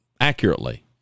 accurately